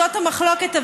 זאת מחלוקת,